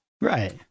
Right